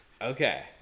Okay